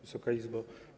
Wysoka Izbo!